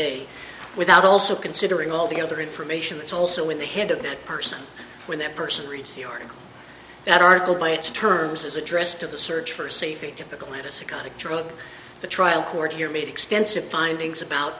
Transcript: without also considering all the other information it's also in the head of the person when that person reads the article that article by its terms is addressed to the search for a safe a typical of a psychotic drug the trial court here made extensive findings about